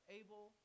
able